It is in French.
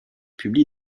publie